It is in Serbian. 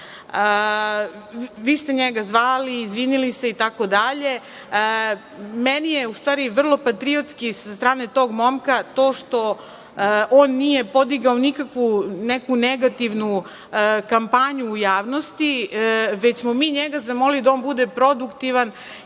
Vi ste njega zvali, izvinili se, itd. Meni je u stvari vrlo patriotski sa strane tog momka to što on nije podigao nikakvu neku negativnu kampanju u javnosti, već smo mi njega zamolili da on bude produktivan